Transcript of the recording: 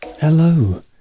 Hello